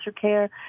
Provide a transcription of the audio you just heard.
care